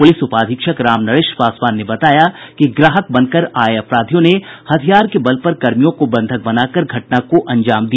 police उपाधीक्षक रामनरेश पासवान ने बताया कि ग्राहक बनकर आए अपराधियों ने हथियार के बलपर कर्मियों को बंधक बनाकर घटना को अंजाम दिया